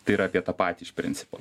tai yra apie tą patį iš principo